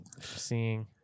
seeing